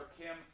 Kim